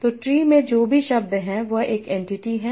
तो ट्री में जो भी शब्द है वह एक एंटिटी है